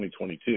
2022